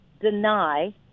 deny